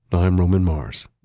i'm roman mars.